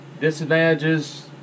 Disadvantages